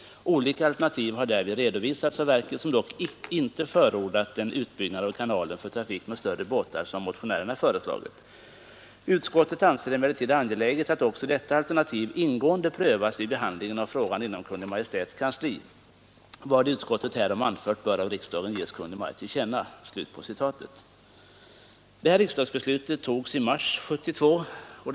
Olika alternativ har därvid redovisats av verket, som dock inte förordat en utbyggnad av kanalen för trafik med större båtar, som motionärerna föreslagit. Utskottet anser det emellertid angeläget att också detta alternativ ingående prövas vid behandlingen av frågan inom Kungl. Maj:ts kansli. Vad utskottet härom anfört bör av riksdagen ges Kungl. Maj:t till känna.” Riksdagsbeslutet togs i mars 1972.